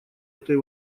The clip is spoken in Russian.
этой